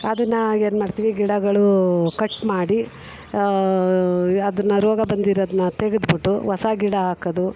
ಅದನ್ನು ಏನು ಮಾಡ್ತೀವಿ ಗಿಡಗಳು ಕಟ್ ಮಾಡಿ ಅದನ್ನು ರೋಗ ಬಂದಿರೋದನ್ನ ತೆಗೆದ್ಬಿಟ್ಟು ಹೊಸ ಗಿಡ ಹಾಕೋದು